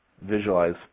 visualize